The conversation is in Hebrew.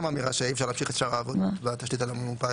אין שם אמירה שאי-אפשר להמשיך את שאר העבודות בתשתית הלא ממופה.